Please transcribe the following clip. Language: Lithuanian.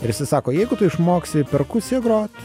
ir jisai sako jeigu tu išmoksi perkusija grot